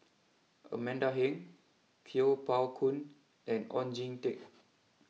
Amanda Heng Kuo Pao Kun and Oon Jin Teik